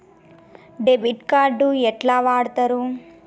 Debit card ఎట్లా వాడుతరు?